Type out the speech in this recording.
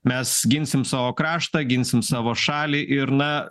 mes ginsim savo kraštą ginsim savo šalį ir na